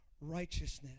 righteousness